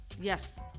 Yes